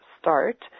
start